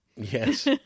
yes